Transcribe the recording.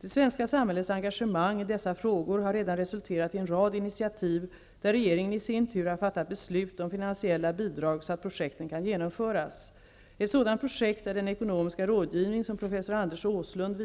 Det svenska samhällets engagemang i dessa frågor har redan resulterat i en rad initiativ, där regeringen i sin tur har fattat beslut om finansiella bidrag så att projekten kan genomföras. Ett sådant projekt är den ekonomiska rådgivning som professor Anders Åslund